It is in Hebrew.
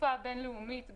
בתעופה הבינלאומית,